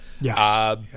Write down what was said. Yes